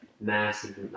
massive